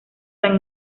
san